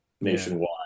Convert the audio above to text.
nationwide